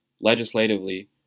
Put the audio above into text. legislatively